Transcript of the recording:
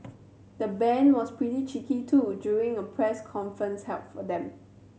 the band was pretty cheeky too during a press conference held for them